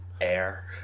Air